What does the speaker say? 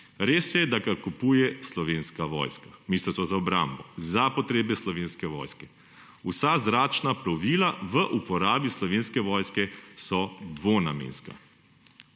Res je, da ga kupuje Slovenska vojska, Ministrstvo za obrambo za potrebe Slovenske vojske. Vsa zračna plovila v uporabi Slovenske vojske so dvonamenska.